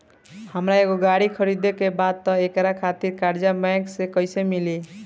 हमरा एगो गाड़ी खरीदे के बा त एकरा खातिर कर्जा बैंक से कईसे मिली?